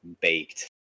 baked